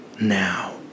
now